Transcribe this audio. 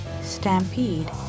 Stampede